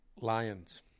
Lions